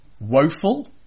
Woeful